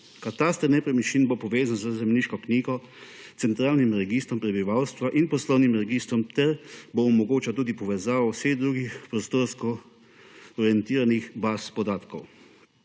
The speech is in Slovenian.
Kataster nepremičnin bo povezan z zemljiško knjigo, centralnim registrom prebivalstva in poslovnim registrom ter bo omogočal tudi povezavo vseh drugih prostorsko orientiranih baz podatkov.